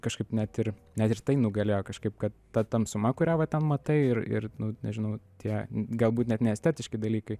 kažkaip net ir net ir tai nugalėjo kažkaip kad ta tamsuma kurią va ten matai ir ir nu nežinau tie galbūt net neestetiški dalykai